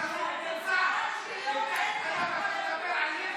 אתה מדבר על לינץ'?